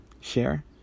share